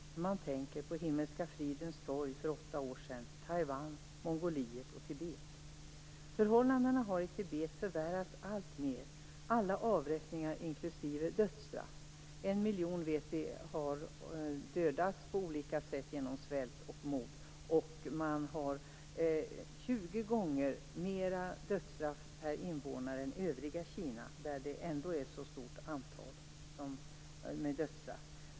Man tänker på Himmelska fridens torg för åtta år sedan och på Taiwan, Mongoliet och Förhållandena i Tibet har förvärrats alltmer. Det gäller alla avrättningar inklusive dödsstraff. Vi vet att en miljon människor har dödats på olika sätt; genom svält och mord. Dödsstraff är 20 gånger vanligare i Tibet än i övriga Kina, där antalet dödsstraff ändå är mycket stort.